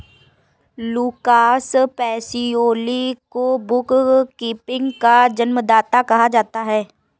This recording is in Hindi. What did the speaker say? लूकास पेसियोली को बुक कीपिंग का जन्मदाता कहा जाता है